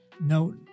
No